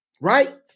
right